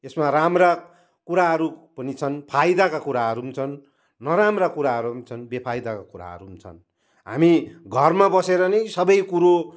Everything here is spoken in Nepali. यसमा राम्रा कुराहरू पनि छन् फाइदाका कुराहरू पनि छन् नराम्रा कुराहरू पनि छन् बेफाइदाका कुराहरू पनि छन् हामी घरमा बसेर नै सबै कुरो